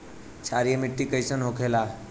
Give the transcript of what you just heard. क्षारीय मिट्टी कइसन होखेला?